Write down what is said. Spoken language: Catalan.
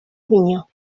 avinyó